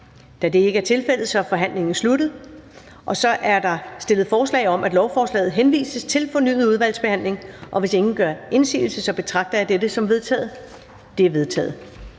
Da det ikke er tilfældet, er forhandlingen sluttet. Der er stillet forslag om, at lovforslaget henvises til fornyet udvalgsbehandling, og hvis ingen gør indsigelse, betragter jeg det som vedtaget. Det er vedtaget.